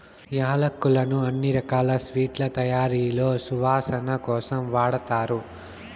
యాలక్కులను అన్ని రకాల స్వీట్ల తయారీలో సువాసన కోసం వాడతారు